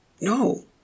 No